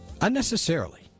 unnecessarily